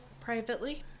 privately